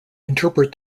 interpret